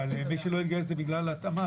מי שלא התגייס זה בגלל התאמה,